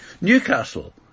Newcastle